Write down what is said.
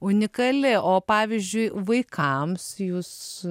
unikali o pavyzdžiui vaikams jūs